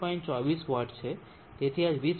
24 vote છે તેથી 20